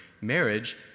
Marriage